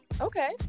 okay